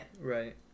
Right